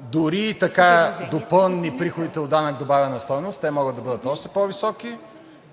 дори и така допълнени приходите от данък добавена стойност, те могат да бъдат доста по-високи,